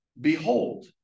behold